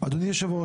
מה זאת אומרת?